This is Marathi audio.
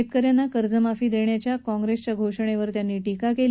शेतकऱ्यांना कर्जमाफी देण्याच्या काँप्रेसच्या घोषणेवर त्यांनी टीका केली